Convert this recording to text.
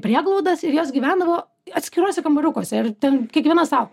prieglaudas ir jos gyvendavo atskiruose kambariukuose ir ten kiekviena sau